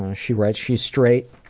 she writes. she's straight,